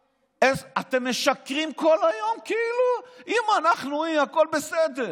אתם משקרים כל היום, כאילו אם אנחנו אי הכול בסדר.